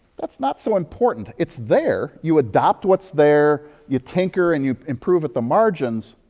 it's not so important. it's there. you adopt what's there. you tinker and you improve at the margins,